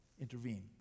intervene